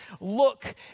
Look